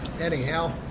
anyhow